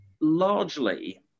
largely